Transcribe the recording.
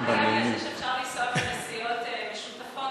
רציתי לדבר על זה שאפשר לנסוע בנסיעות משותפות,